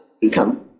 become